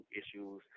issues